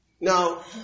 Now